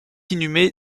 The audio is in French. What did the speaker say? inhumé